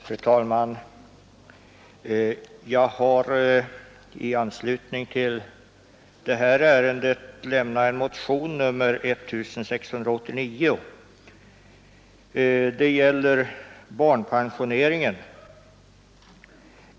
Fru talman! Jag har i anslutning till detta ärende avlämnat motionen 1689 avseende barnpensionen.